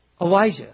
Elijah